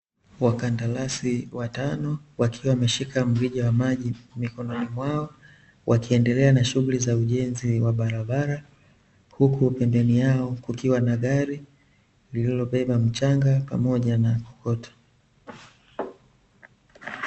Wakandarasi watano, wakiwa wameshika mrija wa maji mikononi mwao , wakiendelea na shughuli za ujenzi wa barabara huku pembeni yao kukiwa na gari, lililobeba mchanga, pamoja na kokoto.